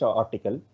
article